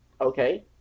okay